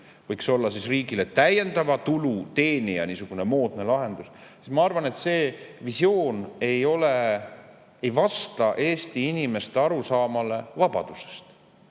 võiks olla riigile täiendava tulu teenija, niisugune moodne lahendus – ma arvan, et see visioon ei vasta Eesti inimeste arusaamale vabadusest.